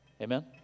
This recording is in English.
Amen